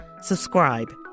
subscribe